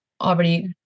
already